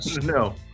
no